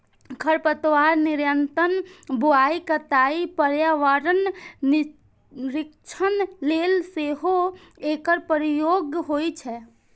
खरपतवार नियंत्रण, बुआइ, कटाइ, पर्यावरण निरीक्षण लेल सेहो एकर प्रयोग होइ छै